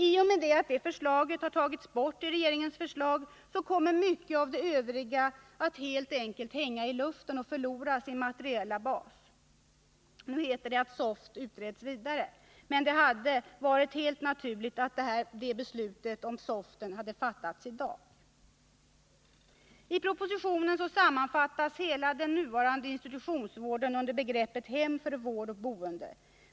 I och med att det förslaget har tagits bort i regeringens proposition, kommer mycket av det övriga att helt hänga i luften och förlora sin materiella bas. Nu heter det att förslaget om SOFT skall utredas vidare, men det hade varit helt naturligt att i dag fatta beslut om SOFT. I propositionen sammanfattas hela den nuvarande institutionsvården under begreppet ”hem för vård och boende”.